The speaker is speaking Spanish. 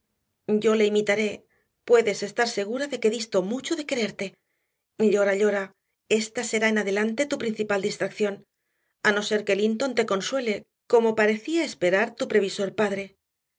yo le imitaré puedes estar segura de que disto mucho de quererte llora llora ésta será en adelante tu principal distracción a no ser que linton te consuele como parecía esperar tu previsor padre